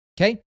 Okay